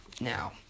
Now